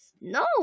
No